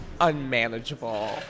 unmanageable